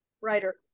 writer